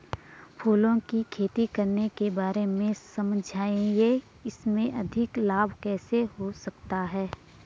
फूलों की खेती करने के बारे में समझाइये इसमें अधिक लाभ कैसे हो सकता है?